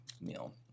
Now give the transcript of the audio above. meal